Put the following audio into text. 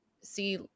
see